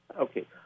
Okay